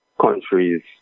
countries